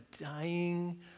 dying